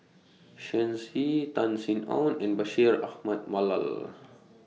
Shen Xi Tan Sin Aun and Bashir Ahmad Mallal